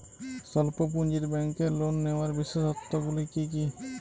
স্বল্প পুঁজির ব্যাংকের লোন নেওয়ার বিশেষত্বগুলি কী কী?